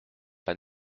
pas